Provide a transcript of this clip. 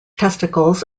testicles